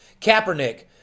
Kaepernick